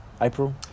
April